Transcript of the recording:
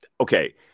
Okay